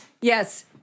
Yes